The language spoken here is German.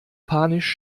panisch